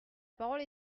parole